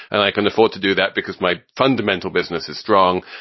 and i can afford to do that because my fundamental business is strong.